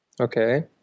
Okay